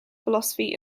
philosophy